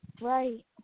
Right